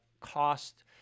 cost